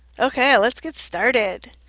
ok, let's get started!